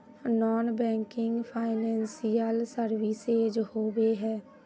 Non banking financial services होबे है?